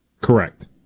Correct